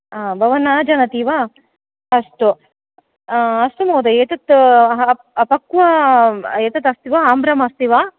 आ भवान् न जानति वा अस्तु अस्तु महोदय एतद् अपक्व एतत् अस्ति वा आम्रम् अस्ति वा